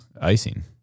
icing